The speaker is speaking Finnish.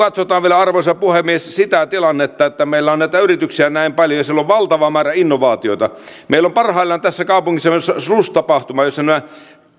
katsotaan vielä arvoisa puhemies sitä tilannetta että meillä on näitä yrityksiä näin paljon ja siellä on valtava määrä innovaatiota meillä on parhaillaan tässä kaupungissa slush tapahtuma jossa